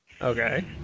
Okay